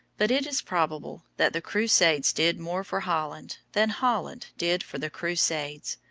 but it is probable that the crusades did more for holland than holland did for the crusades,